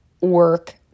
work